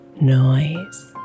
noise